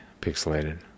Pixelated